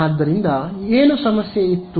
ಆದ್ದರಿಂದ ಏನು ಸಮಸ್ಯೆ ಇತ್ತು